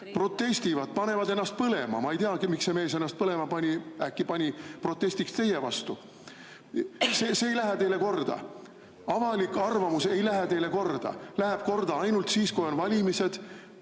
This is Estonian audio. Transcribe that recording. protestivad, panevad ennast põlema – ma ei teagi, miks see mees ennast põlema pani, äkki pani protestiks teie vastu –, see ei lähe teile korda? Avalik arvamus ei lähe teile korda. See läheb korda ainult siis, kui on valimised,